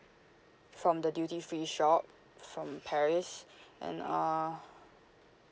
from the duty free shop from paris and uh